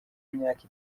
imyaka